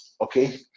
okay